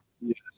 Yes